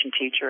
teacher